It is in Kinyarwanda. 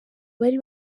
bari